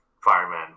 Fireman